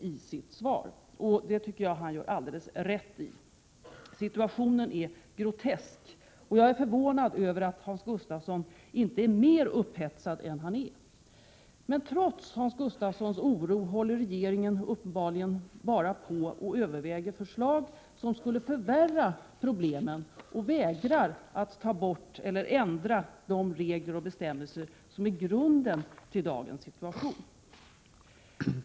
Det tycker jag att han gör alldeles rätt i. Situationen är grotesk. Jag är förvånad över att Hans Gustafsson inte är mer upphetsad än vad han är. Trots Hans Gustafssons oro håller regeringen uppenbarligen bara på att överväga förslag som skulle förvärra problemen. Den vägrar att ta bort eller ändra de regler och bestämmelser som är grunden till dagens situation.